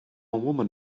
woman